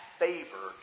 favor